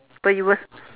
but it was